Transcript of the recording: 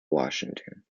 washington